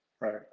Right